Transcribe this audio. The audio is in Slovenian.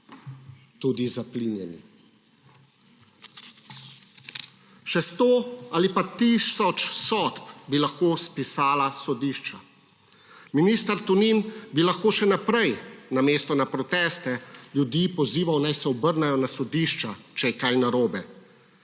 tudi zaplinjeni. Še sto ali pa tisoč sodb bi lahko spisala sodišča. Minister Tonin bi lahko še naprej, namesto na proteste, ljudi pozival, naj se obrnejo na sodišča, če je kaj narobe